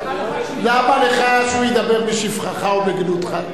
למה לך שהוא ידבר בשבחך או בגנותך?